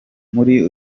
muri